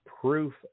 proof